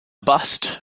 bust